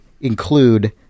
include